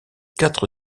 quatre